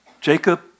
Jacob